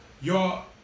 y'all